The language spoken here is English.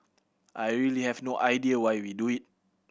I really have no idea why we do it